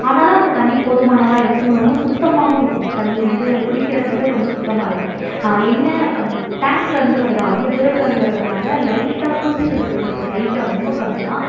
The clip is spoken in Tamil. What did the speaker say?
ஆனாலும் அந்த தண்ணி போதுமானதாக இருக்கும் ரொம்ப சுத்தமாகவும் இருக்கும் தண்ணி வந்து குடிக்கிற அளவுக்கு ரொம்ப சுத்தமாக இருக்கும் என்ன டேங்கில் இருந்து வருது அவ்வளோ தூரத்தில் இருந்து வரதுனால் லைட்டாக தூசுகள் மட்டும் இருக்கும் லைட்டாக ரொம்ப கம்மியாக